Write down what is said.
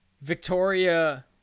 Victoria